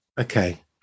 okay